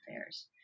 affairs